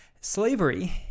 Slavery